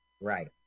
Right